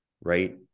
right